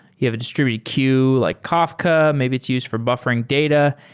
you have a distributed queue like kafka, maybe it's used for buffering data,